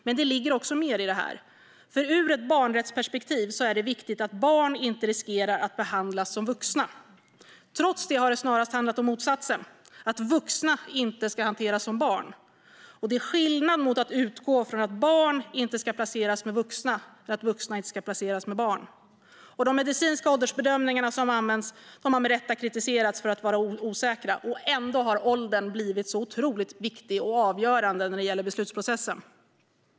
Men det ligger också mer i detta, för ur ett barnrättsperspektiv är det viktigt att barn inte riskerar att behandlas som vuxna. Trots det har det snarast handlat om motsatsen: att vuxna inte ska hanteras som barn. Det är skillnad mellan att utgå från att barn inte ska placeras med vuxna och att utgå från att vuxna inte ska placeras med barn. De medicinska åldersbedömningar som används har med rätta kritiserats för att vara osäkra. Ändå har åldern blivit så otroligt viktig och avgörande när det gäller beslutsprocessen.